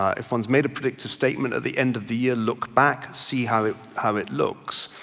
ah if one's made a predictive statement of the end of the year, look back, see how it how it looks.